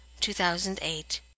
2008